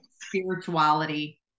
spirituality